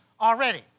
already